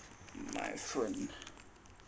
my fluent